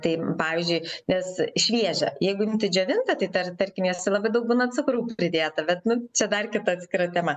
tai pavyzdžiui nes šviežia jeigu imti džiovintą tai tarkim į jas labai daug būna cukrų pridėta bet nu čia dar kita atskira tema